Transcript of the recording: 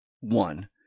one